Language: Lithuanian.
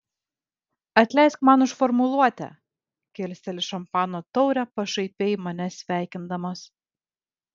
atleisk man už formuluotę kilsteli šampano taurę pašaipiai mane sveikindamas